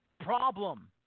Problem